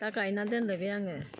दा गायनानै दोनलायबाय आंङो